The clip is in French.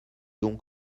don